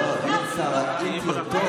לא, גדעון סער, ראיתי אותו.